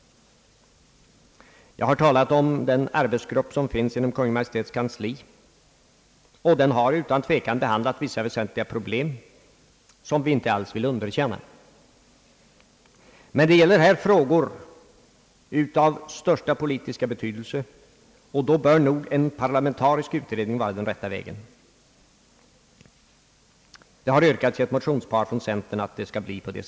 Jag har talat om den arbetsgrupp som finns inom Kungl. Maj:ts kansli. Den har utan tvekan behandlat vissa väsentliga problem, något som vi inte alls vill underkänna. Det gäller dock här frågor av största politiska betydelse, och då bör nog en parlamentarisk utredning vara den rätta vägen. Så har yrkats i ett motionspar från centern.